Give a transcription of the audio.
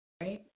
Right